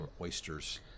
oysters